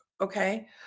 Okay